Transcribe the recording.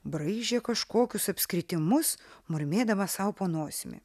braižė kažkokius apskritimus murmėdamas sau po nosimi